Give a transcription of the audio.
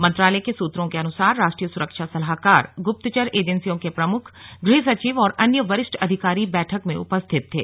मंत्रालय के सूत्रों के अनुसार राष्ट्रीय सुरक्षा सलाहकार गुप्तचर एजेंसियों के प्रमुख गृहसचिव और अन्य वरिष्ठ अधिकारी बैठक में उपस्थित थे